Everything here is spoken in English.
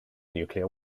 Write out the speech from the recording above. nuclear